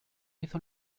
hizo